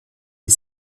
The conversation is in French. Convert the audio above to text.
les